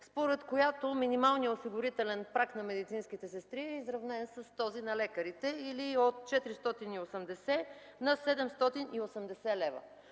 според която минималният осигурителен праг на медицинските сестри е изравнен с този на лекарите или от 480 на 780 лв.